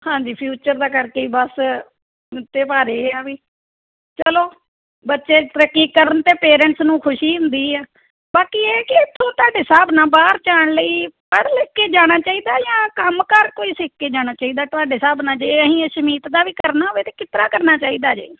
ਹਾਂਜੀ ਫਿਊਚਰ ਦਾ ਕਰਕੇ ਹੀ ਬਸ ਪਾ ਰਹੇ ਆ ਵੀ ਚਲੋ ਬੱਚੇ ਤਰੱਕੀ ਕਰਨ ਤਾਂ ਪੇਰੈਂਟਸ ਨੂੰ ਖੁਸ਼ੀ ਹੁੰਦੀ ਹੈ ਬਾਕੀ ਇਹ ਕੀ ਇੱਥੋਂ ਤੁਹਾਡੇ ਸਾਹਿਬ ਨਾਲ ਬਾਹਰ ਜਾਣ ਲਈ ਪੜ੍ਹ ਲਿਖ ਕੇ ਜਾਣਾ ਚਾਹੀਦਾ ਜਾਂ ਕੰਮਕਾਰ ਕੋਈ ਸਿੱਖ ਕੇ ਜਾਣਾ ਚਾਹੀਦਾ ਤੁਹਾਡੇ ਹਿਸਾਬ ਨਾਲ ਜੇ ਅਸੀਂ ਅਸ਼ਮੀਤ ਦਾ ਵੀ ਕਰਨਾ ਹੋਵੇ ਅਤੇ ਕਿਸ ਤਰ੍ਹਾਂ ਕਰਨਾ ਚਾਹੀਦਾ ਜੇ